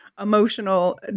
emotional